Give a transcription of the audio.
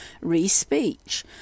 re-speech